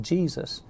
Jesus